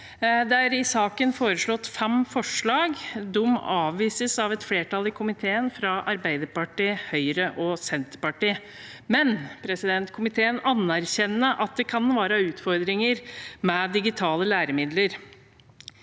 er i saken lagt fram fem forslag. De avvises av et flertall i komiteen, fra Arbeider partiet, Høyre og Senterpartiet, men komiteen anerkjenner at det kan være utfordringer med digitale læremidler.